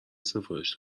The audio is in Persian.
سفارش